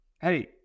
Hey